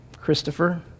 Christopher